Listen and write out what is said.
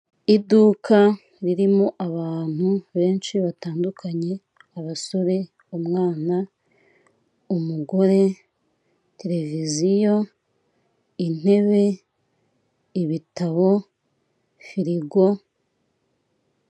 Iduka ririmo abantu benshi batandukanye, abasore umwana, umugore, televiziyo, intebe, ibitabo, firigo,